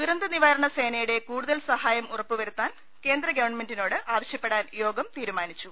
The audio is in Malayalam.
ദുരന്തനിവാരണ സേനയുടെ കൂടുതൽ സഹായം ഉറപ്പുവരുത്താൻ കേന്ദ്ര ഗവൺമെന്റിനോട് ആവശ്യപ്പെടാൻ യോഗം തീരുമാനിച്ചു